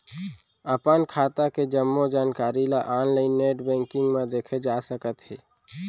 अपन खाता के जम्मो जानकारी ल ऑनलाइन नेट बैंकिंग म देखे जा सकत हे